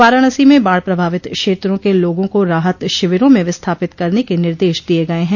वाराणसी में बाढ़ प्रभावित क्षेत्रों के लोगों को राहत शिविरों में विस्थापित करने के निर्देश दिये गये हैं